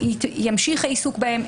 ימשיך העיסוק בהן,